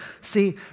See